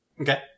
Okay